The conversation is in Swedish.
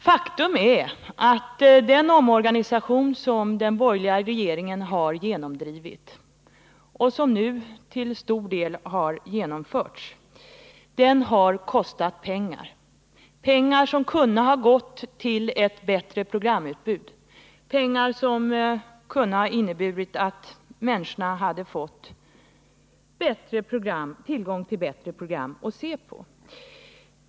Faktum är att den omorganisation som den borgerliga regeringen har genomdrivit och som nu till stor del har genomförts har kostat pengar — pengar som kunde ha gått till att förbättra programutbudet, pengar som kunde ha inneburit att människorna hade fått tillgång till bättre program.